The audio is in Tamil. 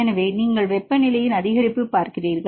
எனவே நீங்கள் வெப்பநிலையின் அதிகரிப்பு பார்க்கிறீர்கள்